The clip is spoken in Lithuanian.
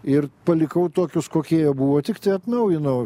ir palikau tokius kokie jie buvo tiktai atnaujinau